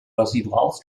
residuals